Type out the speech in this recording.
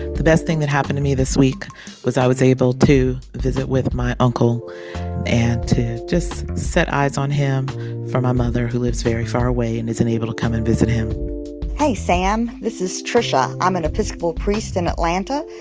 the best thing that happened to me this week was i was able to visit with my uncle and to just set eyes on him for my mother, who lives very far away and isn't able to come and visit him hey, sam. this is tricia. i'm an episcopal priest in atlanta.